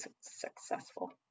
successful